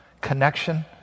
connection